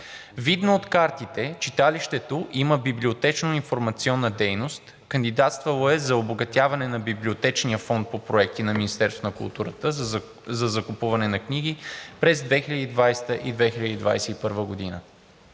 Видно от картите, читалището има библиотечно-информационна дейност, кандидатствало е за обогатяване на библиотечния фонд по проекти на Министерството на културата за закупуване на книги през 2020 г. и 2021 г.